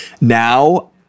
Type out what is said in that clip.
now